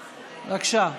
בבקשה.